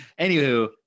Anywho